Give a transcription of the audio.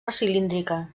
cilíndrica